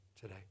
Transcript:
today